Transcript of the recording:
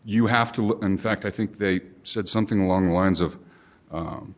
you have to in fact i think they said something along the lines of